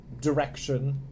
direction